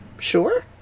Sure